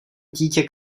dítě